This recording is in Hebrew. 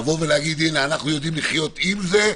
להגיד שאנחנו יודעים לחיות עם זה.